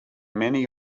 many